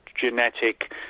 genetic